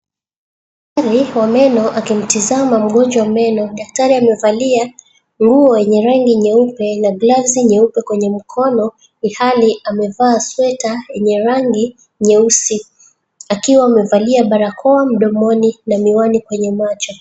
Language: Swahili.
Daktari wa meno akimtizama mgonjwa meno, daktari amevalia nguo yenye rangi nyeupe na glasi nyeupe kwenye mkono ilihalia amevaa sweta yenye rangi nyeusi akiwa amevalia barakoa mdomoni na miwani kwenye macho.